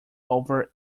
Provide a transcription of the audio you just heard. over